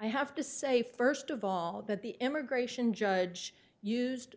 i have to say first of all that the immigration judge used the